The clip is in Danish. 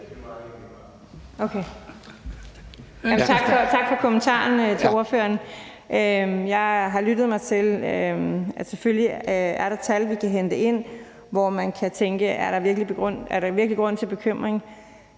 for kommentaren. Jeg har lyttet mig til, at selvfølgelig er der tal, vi kan hente ind, hvor man kan tænke, om der virkelig er grund til bekymring.